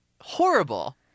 Horrible